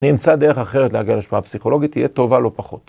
נמצא דרך אחרת להגיע להשפעה פסיכולוגית, תהיה טובה לא פחות.